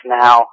now